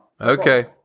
Okay